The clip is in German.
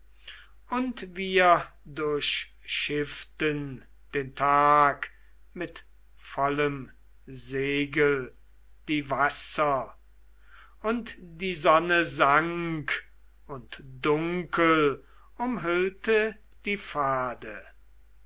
und wir durchschifften den tag mit vollem segel die wasser und die sonne sank und dunkel umhüllte die pfade